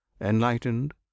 Enlightened